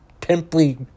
pimply-